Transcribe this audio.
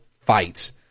fights